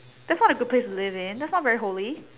that is not a good place to live in that is not very holy